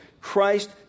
Christ